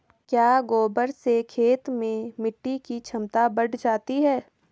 क्या गोबर से खेत में मिटी की क्षमता बढ़ जाती है?